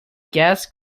gas